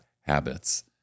habits